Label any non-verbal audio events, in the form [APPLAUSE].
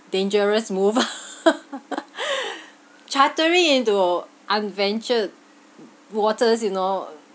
dangerous move [LAUGHS] chartering into unventured waters you know